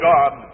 God